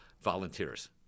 volunteers